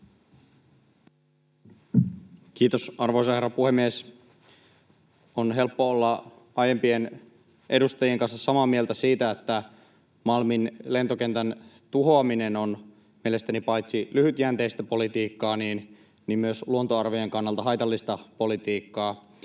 Kiitos, arvoisa herra puhemies! On helppo olla aiempien edustajien kanssa samaa mieltä siitä, että Malmin lentokentän tuhoaminen on paitsi lyhytjänteistä politiikkaa myös luontoarvojen kannalta haitallista politiikkaa.